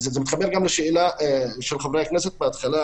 זה מתחבר גם לשאלה של חברי הכנסת בהתחלה